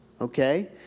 okay